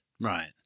Right